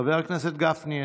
חבר הכנסת גפני,